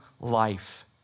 life